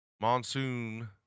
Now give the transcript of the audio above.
monsoon